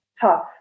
tough